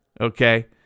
okay